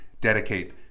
dedicate